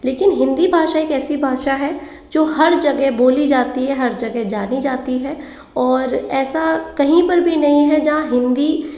लेकिन हिंदी भाषा एक ऐसी भाषा है जो हर जगह बोली जाती है हर जगह जानी जाती है और ऐसा कहीं पर भी नहीं है जहाँ हिंदी